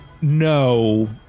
No